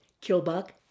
Kilbuck